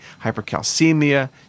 hypercalcemia